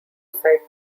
side